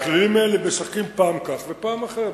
הכללים האלה משחקים פעם כך ופעם אחרת.